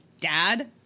dad